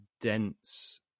dense